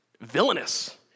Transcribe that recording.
villainous